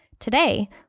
Today